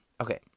okay